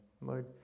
Lord